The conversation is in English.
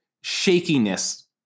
shakiness